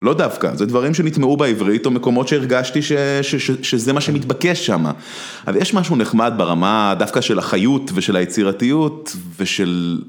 לא דווקא, זה דברים שנטמעו בעברית, או מקומות שהרגשתי שזה מה שמתבקש שם. אבל יש משהו נחמד ברמה דווקא של החיות ושל היצירתיות, ושל...